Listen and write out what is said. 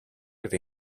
era